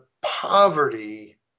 poverty